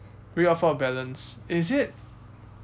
re-offer of balance eh is it